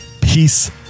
peace